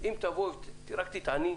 נכון